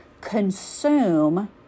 consume